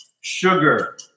sugar